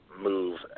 move